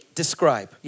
describe